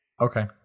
Okay